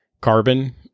carbon